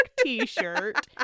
t-shirt